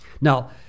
Now